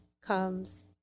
comes